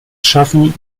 schaffen